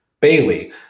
Bailey